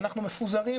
אנחנו מפוזרים,